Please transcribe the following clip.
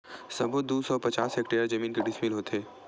सबो दू सौ पचास हेक्टेयर जमीन के डिसमिल होथे?